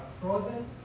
frozen